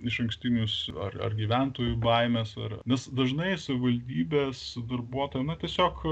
išankstinius ar ar gyventojų baimes ar nes dažnai savivaldybės darbuotojai na tiesiog